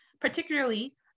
particularly